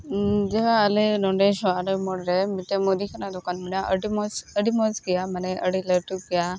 ᱤᱧ ᱡᱟᱦᱟᱸ ᱟᱞᱮ ᱥᱚᱦᱟᱨᱟ ᱢᱳᱲ ᱨᱮ ᱢᱤᱫᱴᱮᱱ ᱢᱚᱫᱤ ᱠᱷᱟᱱ ᱫᱚᱠᱟᱱ ᱢᱮᱱᱟᱜᱼᱟ ᱟᱹᱰᱤ ᱢᱚᱡᱽ ᱟᱹᱰᱤ ᱢᱚᱡᱽ ᱜᱮᱭᱟ ᱢᱟᱱᱮ ᱟᱹᱰᱤ ᱞᱟᱹᱴᱩ ᱜᱮᱭᱟ